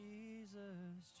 Jesus